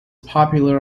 popular